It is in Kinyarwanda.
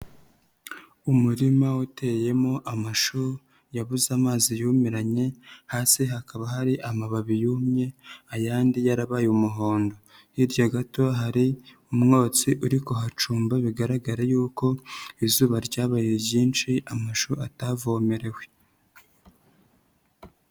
Umurima uteyemo amashu yabuze amazi yumiranye, hasi hakaba hari amababi yumye ayandi yarabaye umuhondo, hirya gato hari umwotsi uri kuhacumba bigaragara y'uko izuba ryabaye ryinshi amashu atavomerewe.